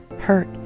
hurt